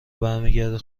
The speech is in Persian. برمیگردی